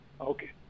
Okay